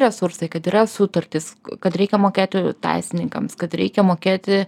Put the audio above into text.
resursai kad yra sutartys kad reikia mokėti teisininkams kad reikia mokėti